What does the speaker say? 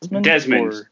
Desmond